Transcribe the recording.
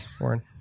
warren